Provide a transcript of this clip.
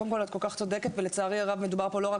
קודם כל את כל כך צודקת ולצערי הרב מדובר לא רק